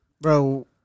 Bro